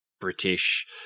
British